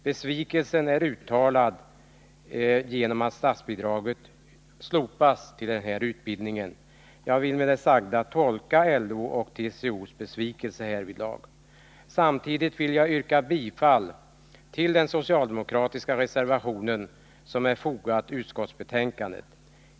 Besvikelsen är uttalad över att statsbidraget till utbildningen slopas. Jag vill 23 med det sagda tolka LO:s och TCO:s besvikelse härvidlag. Samtidigt, herr talman, vill jag yrka bifall till den socialdemokratiska reservation som är fogad till utskottsbetänkandet.